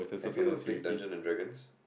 have you ever played Dungeons-and-Dragons